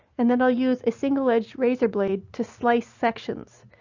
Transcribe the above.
and then i'll use a single-edged razor blade to slice sections,